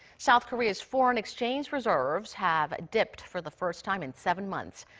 south korea's foreign exchange reserves have dipped for the first time in seven months.